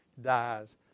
dies